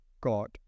God